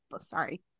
sorry